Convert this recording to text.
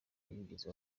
bigeze